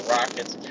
Rockets